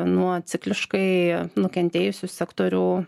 nuo cikliškai nukentėjusių sektorių